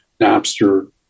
Napster